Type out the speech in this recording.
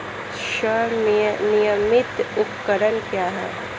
स्वनिर्मित उपकरण क्या है?